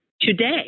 today